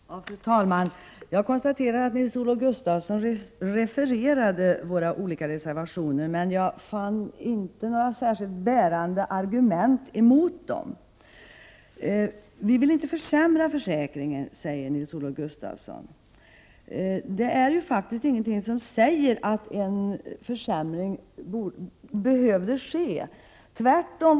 Fru talman! Jag konstaterar att Nils-Olof Gustafsson refererade våra olika reservationer, men jag fann inte några särskilt bärande argument mot dem. Vi vill inte försämra försäkringen, säger Nils-Olof Gustafsson. Men det är ingenting som säger att en försämring behöver ske, tvärtom.